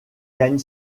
gagne